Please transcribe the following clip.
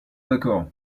d’accord